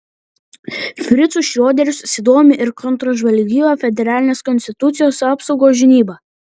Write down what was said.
fricu šrioderiu susidomi ir kontržvalgyba federalinės konstitucijos apsaugos žinyba